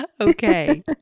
okay